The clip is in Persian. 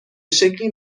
شکلی